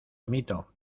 amito